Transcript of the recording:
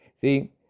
See